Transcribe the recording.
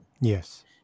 Yes